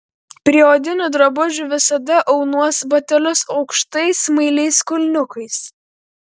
prie odinių drabužių visada aunuosi batelius aukštais smailiais kulniukais